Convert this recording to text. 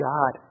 God